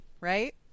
right